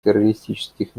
террористических